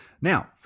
Now